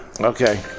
Okay